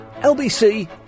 LBC